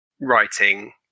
writing